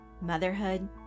motherhood